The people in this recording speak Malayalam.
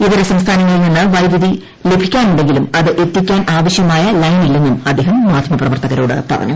ഇതരസംസ്ഥാനങ്ങളിൽ നിന്ന് വൈദ്യുതി ലഭിക്കാനുണ്ടെങ്കിലും അത് എത്തിക്കാൻ ആവശ്യമായ ലൈനില്ലെന്നും അദ്ദേഹം മാധ്യമ പ്രവർത്തകരോട് പറഞ്ഞു